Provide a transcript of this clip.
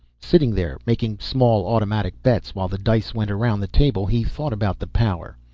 sitting there, making small automatic bets while the dice went around the table, he thought about the power.